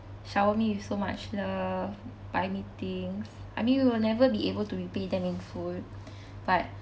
shower me with so much love buy me things I mean we will never be able to repay them in full but